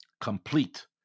Complete